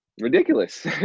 ridiculous